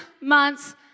months